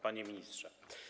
Panie Ministrze!